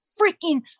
freaking